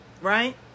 Right